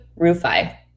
Rufai